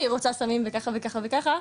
היי רוצה סמים וככה וככה וככה,